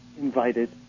invited